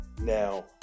Now